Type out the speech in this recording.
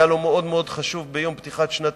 היה לו מאוד מאוד חשוב בפתיחת שנת